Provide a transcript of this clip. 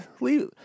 leave